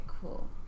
cool